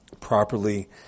properly